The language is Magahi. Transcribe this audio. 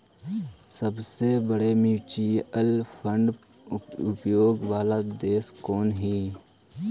सबसे बड़े म्यूचुअल फंड उद्योग वाला देश कौन हई